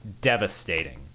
Devastating